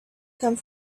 come